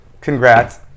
congrats